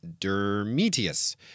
Dermetius